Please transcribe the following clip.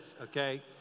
okay